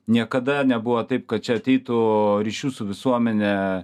niekada nebuvo taip kad čia ateitų ryšių su visuomene